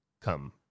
come